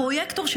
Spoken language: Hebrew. הפרויקטור,